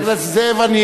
חבר הכנסת זאב,